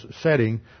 setting